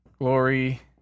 glory